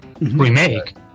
remake